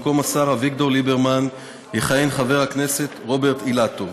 במקום השר אביגדור ליברמן יכהן חבר הכנסת רוברט אילטוב,